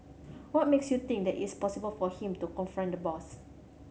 what makes you think that it's possible for him to confront the boss